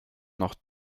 noch